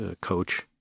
coach